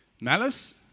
Malice